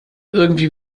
irgendwie